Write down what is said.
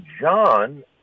John